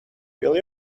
will